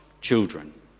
children